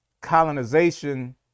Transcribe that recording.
colonization